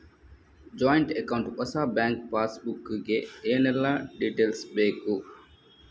Joint account ಹೊಸ bank passbook ಗೆ ಏನೆಲ್ಲ ಡೀಟೇಲ್ಸ್ ಬೇಕು?